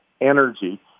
energy